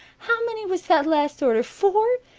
how many was that last order? four?